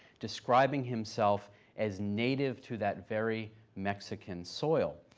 describing himself as native to that very mexican soil.